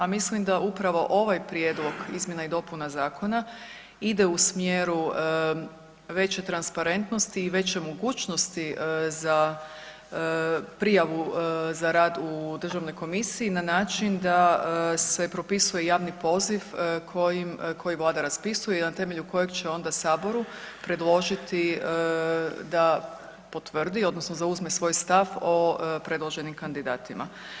A mislim da upravo ovaj prijedlog izmjena i dopuna zakona ide u smjeru veće transparentnosti i veće mogućnosti za prijavu za rad u državnoj komisiji na način da se propisuje javni poziv kojim, koji vlada raspisuje i na temelju kojeg će onda saboru predložiti da potvrdi odnosno zauzme svoj stav o predloženim kandidatima.